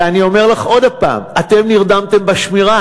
ואני אומר לך עוד הפעם, אתם נרדמתם בשמירה.